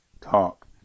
talk